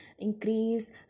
increase